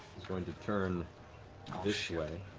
going to turn this way.